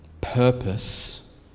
purpose